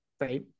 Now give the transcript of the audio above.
Right